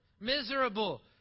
miserable